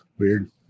weird